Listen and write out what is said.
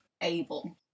able